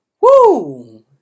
Woo